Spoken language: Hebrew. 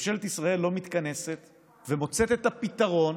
שממשלת ישראל לא מתכנסת ומוצאת את הפתרון